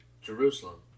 Jerusalem